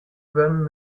burn